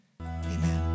Amen